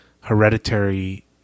hereditary